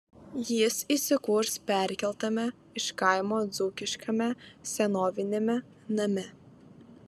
jis įsikurs perkeltame iš kaimo dzūkiškame senoviniame name